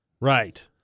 Right